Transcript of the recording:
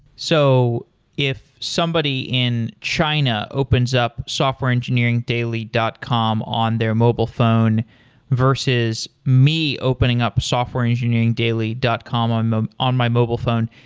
so if somebody in china opens up softwareengineeringdaily dot com on their mobile phone versus me opening up softwareengineeringdaily dot com um ah on my mobile phone,